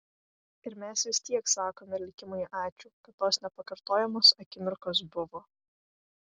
ir mes vis tiek sakome likimui ačiū kad tos nepakartojamos akimirkos buvo